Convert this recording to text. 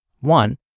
one